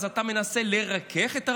אז אתה מנסה לרכך את הרגשות.